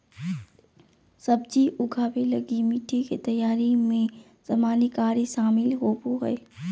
सब्जी उगाबे लगी मिटटी के तैयारी में सामान्य कार्य शामिल होबो हइ